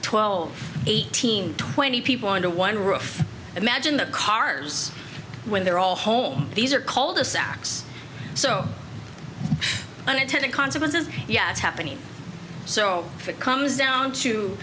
twelve eighteen twenty people under one roof imagine the cars when they're all home these are called the sacks so unintended consequences yeah it's happening so if it comes down to